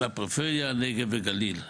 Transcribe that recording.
בפריפריה, נגב וגליל.